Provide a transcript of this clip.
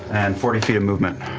and forty feet of movement.